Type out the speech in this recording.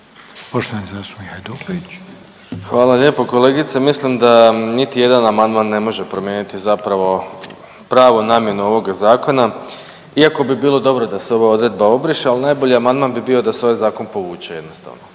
Domagoj (Socijaldemokrati)** Hvala lijepo kolegice. Mislim da niti jedan amandman ne može promijeniti zapravo pravu namjenu ovoga zakona, iako bi bilo dobro da se ova odredba obriše, ali najbolji amandman bi bio da se ovaj zakon povuče jednostavno.